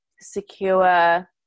secure